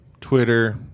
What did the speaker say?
Twitter